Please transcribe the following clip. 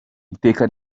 iteka